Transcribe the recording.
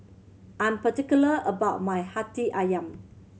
I'm particular about my Hati Ayam